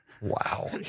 Wow